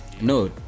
No